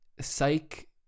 psych